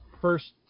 first